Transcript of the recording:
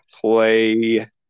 play